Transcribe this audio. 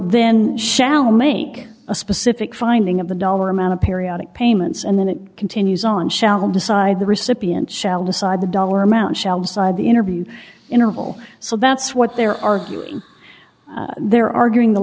then shall make a specific finding of the dollar amount of periodic payments and then it continues on shall decide the recipient shall decide the dollar amount shelved side the interview interval so that's what they're arguing they're arguing the